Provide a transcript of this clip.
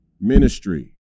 Ministry